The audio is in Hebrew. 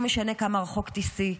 לא משנה כמה רחוק תיסעי,